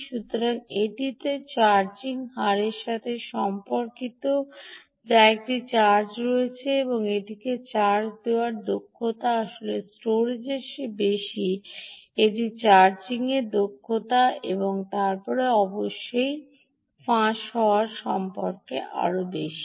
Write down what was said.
সুতরাং এটিতে চার্জিং হারের সাথে সম্পর্কিত যা এটি চার্জ করছে এবং এটিকে চার্জ দেওয়ার দক্ষতা আসলে স্টোরেজের চেয়ে বেশি এটি চার্জিংয়ের দক্ষতা এবং তারপরে অবশ্যই ফাঁস হওয়া সম্পর্কে আরও বেশি